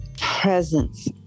presence